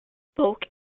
spoke